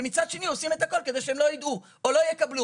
ומצד שני עושים את הכל כדי שהם לא ידעו או לא יקבלו.